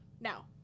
Now